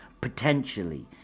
potentially